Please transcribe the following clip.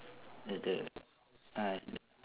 the the ah